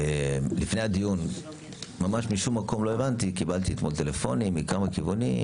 לפני הדיון קיבלתי טלפונים מכמה כיוונים,